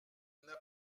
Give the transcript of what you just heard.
n’a